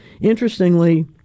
Interestingly